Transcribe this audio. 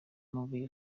mabuye